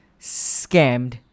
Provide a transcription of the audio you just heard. scammed